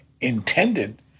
intended